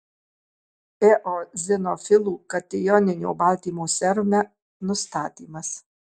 eozinofilų katijoninio baltymo serume nustatymas